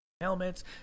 helmets